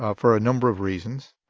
ah for a number of reasons.